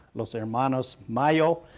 los ah hermanos mayo,